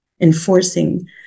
enforcing